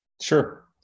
Sure